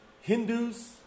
Hindus